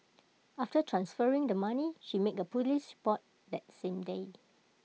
after transferring the money she made A Police report that same day